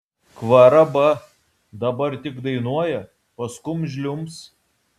kvaraba dabar tik dainuoja paskum žliumbs